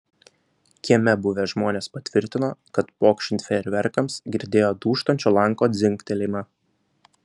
kieme buvę žmonės patvirtino kad pokšint fejerverkams girdėjo dūžtančio lango dzingtelėjimą